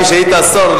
כשהיית שר,